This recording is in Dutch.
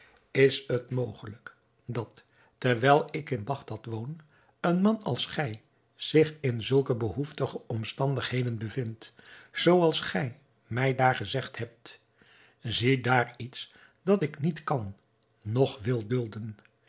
is het mogelijk dat terwijl ik in bagdad woon een man als gij zich in zulke behoeftige omstandigheden bevindt zooals gij mij daar gezegd hebt ziedaar iets dat ik niet kan noch wil dulden